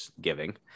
giving